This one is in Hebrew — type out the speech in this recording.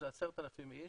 10,000 איש,